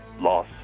Loss